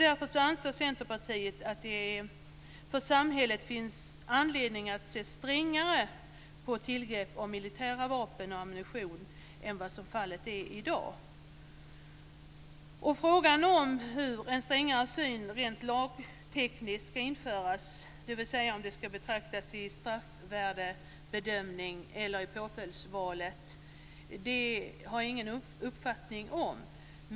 Därför anser Centerpartiet att det för samhället finns anledning att se strängare på tillgrepp av militära vapen och ammunition än vad som är fallet i dag. Hur en strängare syn rent lagtekniskt ska införas, dvs. om brottet ska betraktas i straffvärdebedömning eller i påföljdsval, har jag ingen uppfattning om.